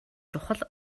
чухал